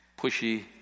pushy